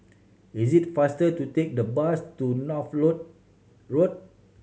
is it faster to take the bus to Northolt Road